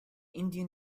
indian